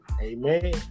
Amen